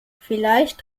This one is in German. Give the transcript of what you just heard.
vielleicht